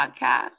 podcast